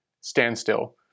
standstill